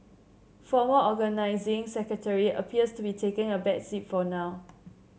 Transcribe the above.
former Organising Secretary appears to be taking a back seat for now